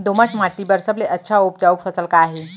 दोमट माटी बर सबले अच्छा अऊ उपजाऊ फसल का हे?